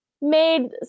made